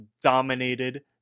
dominated